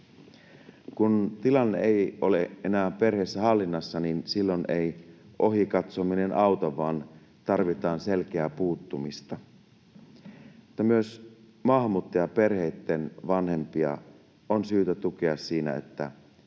Kun tilanne ei ole enää perheessä hallinnassa, silloin ei ohi katsominen auta, vaan tarvitaan selkeää puuttumista. Myös maahanmuuttajaperheitten vanhempia on syytä tukea siinä, että